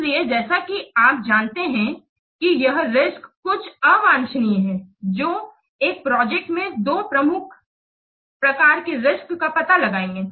इसलिए जैसा कि आप जानते हैं कि यह रिस्क कुछ अवांछनीय है जो एक प्रोजेक्ट में दो प्रमुख प्रकार के रिस्क का पता लगाएंगे